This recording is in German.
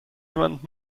jemand